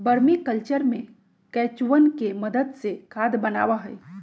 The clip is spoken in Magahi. वर्मी कल्चर में केंचुवन के मदद से खाद बनावा हई